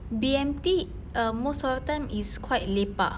B_M_T um most of the time is quite lepak